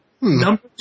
Number